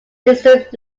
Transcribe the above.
historic